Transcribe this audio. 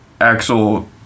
Axel